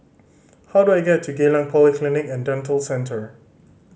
how do I get to Geylang Polyclinic and Dental Centre